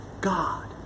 God